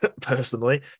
personally